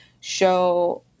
show